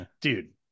dude